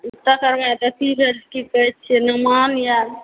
ओकर बाद की कहै छियै नवान यऽ